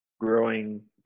growing